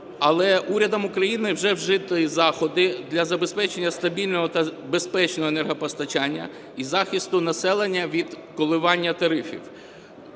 але урядом України вже вжиті заходи для забезпечення стабільного та безпечного енергопостачання і захисту населення від коливання тарифів.